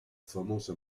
famoso